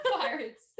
Pirates